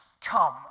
Come